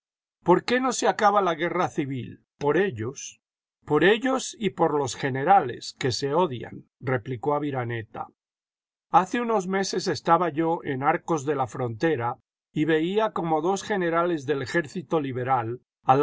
por qué no se acaba la guerra civil por ellos por ellos y por los generales que se odian replicó aviraneta hace unos meses estaba yo en arcos de la frontera y veía cómo dos generales del ejército liberal